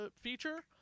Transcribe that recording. feature